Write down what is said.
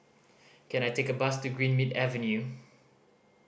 can I take a bus to Greenmead Avenue